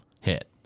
hit